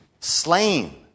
slain